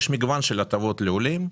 יש מגוון של הטבות לעולים.